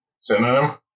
Synonym